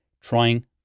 trying